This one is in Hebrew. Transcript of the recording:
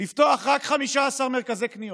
לפתוח רק 15 מרכזי קניות?